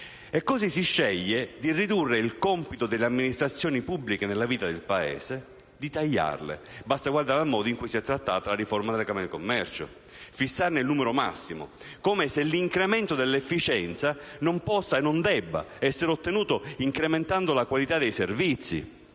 E così si sceglie di ridurre il compito delle amministrazioni pubbliche nella vita del Paese, di tagliarle; basta guardare al modo in cui si è trattata la riforma delle Camere di commercio: fissarne il numero massimo, come se l'incremento dell'efficienza non possa e non debba essere ottenuto incrementando la qualità dei servizi